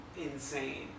insane